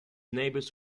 neighbours